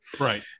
right